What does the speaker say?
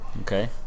Okay